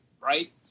right